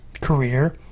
career